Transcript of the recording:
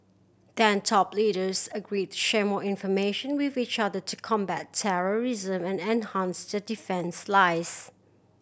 then top leaders agreed to share more information with each other to combat terrorism and enhance the defence lies